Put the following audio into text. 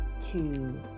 two